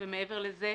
ומעבר לזה,